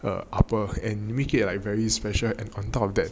err upper and make it like very special and on top of that